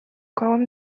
kauem